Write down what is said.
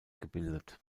gebildet